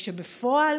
כשבפועל